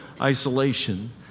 isolation